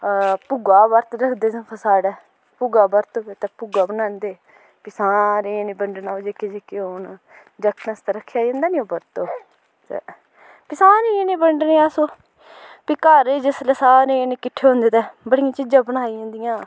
भुग्गा बरत रखदे दिक्खो साढ़ै भुग्गा बरत ते भुग्गा बनांदे फ्ही सारे जने जेह्के जेह्के होन जागतें आस्तै रक्खेआ जंदा नी ओह् बरत ते सारे जने बंडने अस फ्ही घर ही जिसलै सारे जने किट्ठे होंदे ते बड़ियां चीज़ां बनाई जंदियां